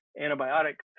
antibiotics